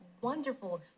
wonderful